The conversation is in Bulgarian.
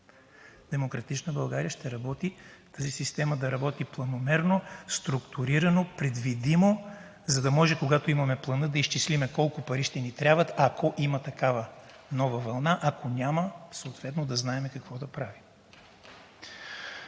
„Демократична България“ ще помогне тази система да работи планомерно, структурирано, предвидимо, за да може, когато имаме Плана, да изчислим колко пари ще ни трябват, ако има такава нова вълна, а ако няма, съответно да знаем какво да правим.